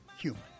human